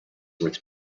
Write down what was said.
worth